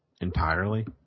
entirely